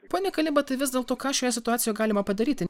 pone kalibatai vis dėlto ką šioje situacijoje galima padaryti